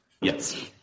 Yes